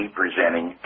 presenting